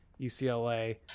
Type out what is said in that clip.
UCLA